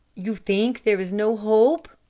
you think there is no hope?